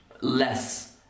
less